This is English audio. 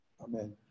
Amen